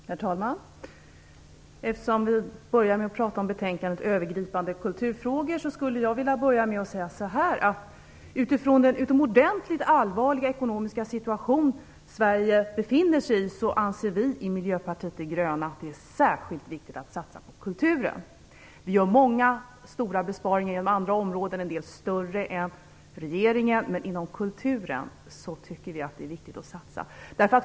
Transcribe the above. Herr talman! Eftersom vi börjar med att prata om betänkandet Övergripande kulturfrågor skulle jag vilja säga att utifrån den utomordentligt allvarliga ekonomiska situation Sverige befinner sig i anser vi i Miljöpartiet de gröna att det är särskilt viktigt att satsa på kulturen. Vi gör många stora besparingar inom andra områden, en del större än regeringens, men inom kulturen tycker vi att det är viktigt att satsa.